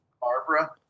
Barbara